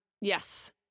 Yes